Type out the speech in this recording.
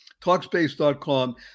Talkspace.com